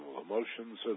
emotions